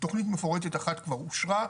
תכנית מפורטת אחת כבר אושרה,